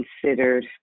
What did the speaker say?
considered